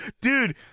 Dude